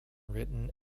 written